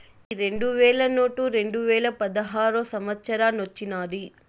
ఈ రెండు వేల నోటు రెండువేల పదహారో సంవత్సరానొచ్చినాది